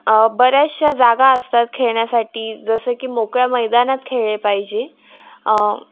बऱ्याचशा जागा असतात खेळण्यासाठी जसं की मोकळ्या मैदानात खेळले पाहिजे